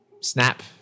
Snap